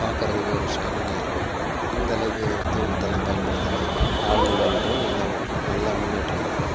பார்க்கறதுக்கே ஒரு ஷைனிங்காக இருக்கும் இந்த அளவுக்கு தீவனத்தெல்லாம் பயன்படுத்தினால் ஆடுமாடுகளுக்கெல்லாம் நல்லா நல்லா முன்னேற்றம் பெறலாம்